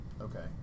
Okay